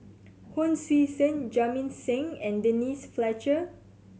Hon Sui Sen Jamit Singh and Denise Fletcher